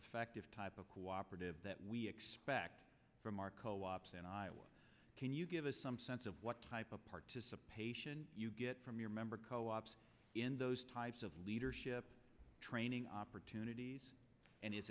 effective type of cooperative that we expect from our co ops in iowa can you give us some sense of what type of participation you get from your member co ops in those types of leadership training opportunities and is